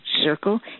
circle